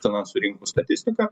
finansų rinkų statistika